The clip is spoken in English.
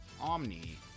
Omni